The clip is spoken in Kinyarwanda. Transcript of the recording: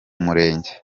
murenge